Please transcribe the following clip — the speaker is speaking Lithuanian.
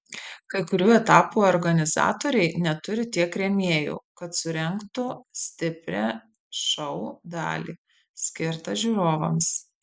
kai kurių etapų organizatoriai neturi tiek rėmėjų kad surengtų stiprią šou dalį skirtą žiūrovams